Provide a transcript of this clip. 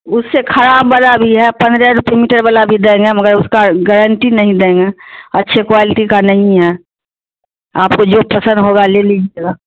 اس سے خراب والا بھی ہے پندرہ روپے میٹر والا بھی دیں گے مگر اس کا گارنٹی نہیں دیں گے اچھے کوالٹی کا نہیں ہے آپ کو جو پسند ہوگا لے لیجیے گا